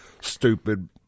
stupid